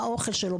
באוכל שלו,